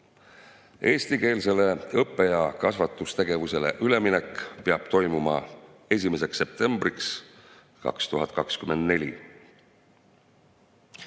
Eestikeelsele õppe‑ ja kasvatustegevusele üleminek peab toimuma 1. septembriks 2024.